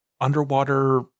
underwater